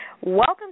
Welcome